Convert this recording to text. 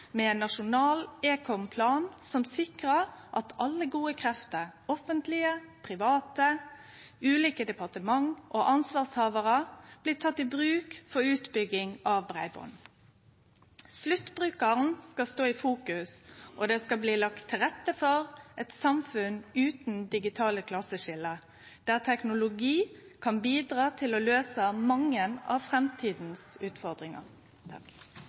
i ein større samanheng, og regjeringa er komen godt i gang med eit vesentleg og viktig arbeid med en nasjonal ekomplan, som sikrar at alle gode krefter – offentlege, private, ulike departement og ansvarshavarar – blir tekne i bruk for utbygging av breiband. Sluttbrukaren skal stå i fokus, og ein skal leggje til rette for eit samfunn utan digitale klasseskilje, der teknologi kan bidra